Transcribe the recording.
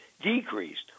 decreased